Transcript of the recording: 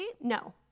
No